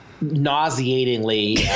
nauseatingly